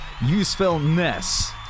Usefulness